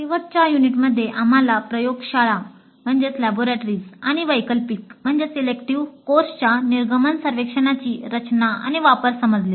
शेवटच्या युनिटमध्ये आम्हाला प्रयोगशाळा कोर्सच्या निर्गमन सर्वेक्षणांची रचना आणि वापर समजले